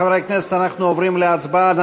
חברי הכנסת, אנחנו עוברים להצבעה.